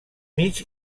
mig